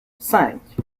cinq